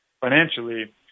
financially